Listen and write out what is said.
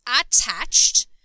attached